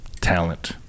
talent